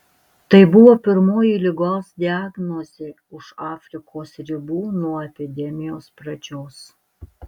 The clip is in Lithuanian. tai buvo pirmoji ligos diagnozė už afrikos ribų nuo epidemijos pradžios